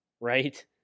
right